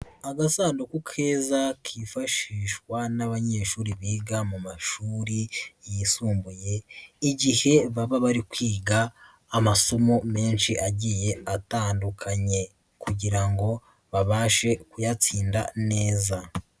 Agasanduku keza kifashishwa n'abanyeshuri biga mu mashuri yisumbuye igihe baba bari kwiga amasomo menshi agiye atandukanye. Kugira ngo babashe kuyatsinda neza.